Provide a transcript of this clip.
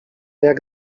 jak